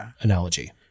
analogy